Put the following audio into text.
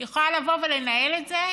יכולה לבוא ולנהל את זה,